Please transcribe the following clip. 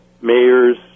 mayors